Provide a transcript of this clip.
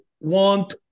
want